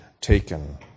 taken